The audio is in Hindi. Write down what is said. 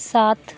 सात